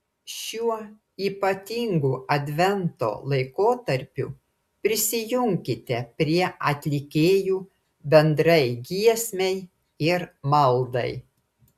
šiuo ypatingu advento laikotarpiu prisijunkite prie atlikėjų bendrai giesmei ir maldai